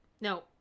No